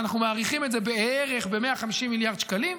אנחנו מעריכים את זה בערך ב-150 מיליארד שקלים,